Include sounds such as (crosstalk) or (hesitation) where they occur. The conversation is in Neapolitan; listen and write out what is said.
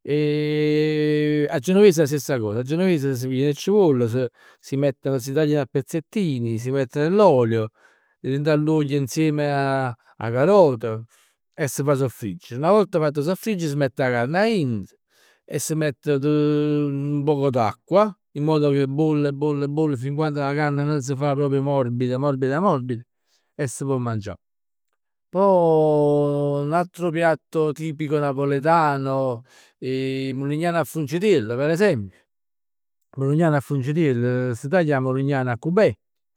(hesitation) 'A genuves 'a stessa cosa. 'A genuves si piglino 'e cipoll, s' si mettono, si tagliano a pezzettini, si mette nell'olio. Dint 'a l'uoglio insieme 'a carot e si fa soffriggere. 'Na volta fatto soffriggere s' mett 'a carne aint e s' mett (hesitation) un poco d'acqua, in modo che bolle bolle bolle fin quando 'a carne non si fa proprio morbida morbida morbida e s' pò mangià. Pò (hesitation) n'altro piatto tipico napoletano, 'e mulignan a fungitiell per esempio, 'e mulignan a fungitiell, s' taglia 'a mulignan a cubett.